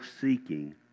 seeking